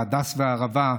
ההדס והערבה,